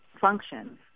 functions